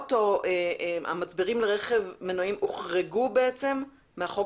סוללות או מצברים לרכב הוחרגו מהחוק